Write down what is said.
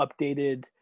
updated